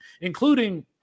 including